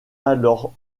alors